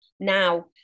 Now